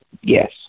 Yes